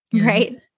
Right